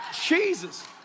Jesus